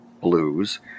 blues